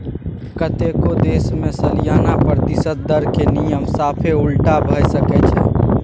कतेको देश मे सलियाना प्रतिशत दरक नियम साफे उलटा भए सकै छै